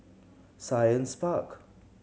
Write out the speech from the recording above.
Science Park